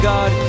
God